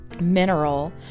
mineral